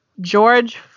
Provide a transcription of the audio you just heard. George